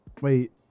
Wait